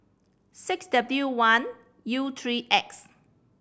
six W one U three X